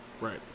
right